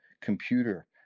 computer